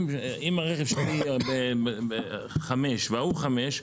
אם הרכב שלי הוא חמש וההוא חמש,